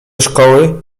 szkoły